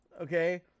Okay